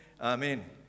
amen